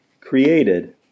created